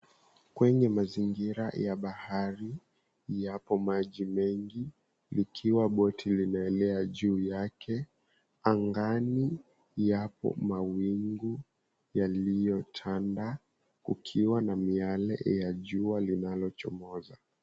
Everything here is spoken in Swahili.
Kwenye mazingira ya bahari yapo maji mengi, likiwa boti linaelea juu yake. Angani yapo mawingu yaliyotanda, kukiwa na miale ya jua linalochomoza.